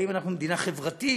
האם אנחנו מדינה חברתית,